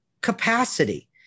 capacity